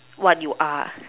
what you are